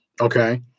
Okay